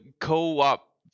co-op